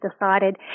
decided